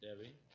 Debbie